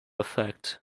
effect